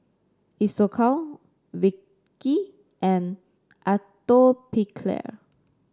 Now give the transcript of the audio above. Isocal Vichy and Atopiclair